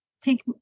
take